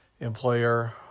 employer